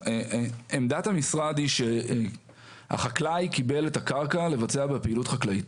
עמדת המשרד היא שהחקלאי קיבל את הקרקע לבצע בה פעילות חקלאית.